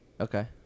Okay